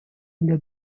для